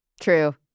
true